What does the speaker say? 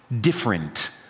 different